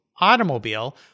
automobile